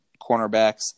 cornerbacks